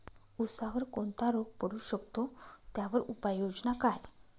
ऊसावर कोणता रोग पडू शकतो, त्यावर उपाययोजना काय?